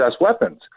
weapons